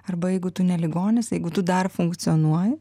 arba jeigu tu ne ligonis jeigu tu dar funkcionuoji